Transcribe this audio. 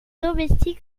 domestiques